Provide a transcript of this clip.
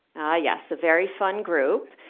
ah yes, a very fun group.